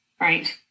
Right